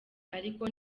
ariko